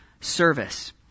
service